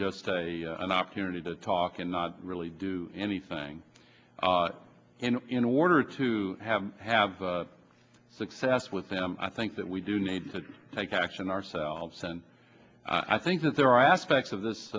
just an opportunity to talk and not really do anything in order to have have success with them i think that we do need to take action ourselves and i think that there are aspects of this